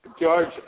George